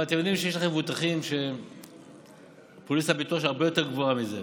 אבל אתם יודעים שיש לכם מבוטחים שפוליסת הביטוח שלהם יותר גבוהה מזה,